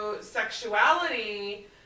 sexuality